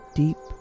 deep